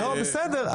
--- בסדר,